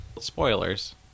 Spoilers